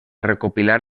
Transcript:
recopilar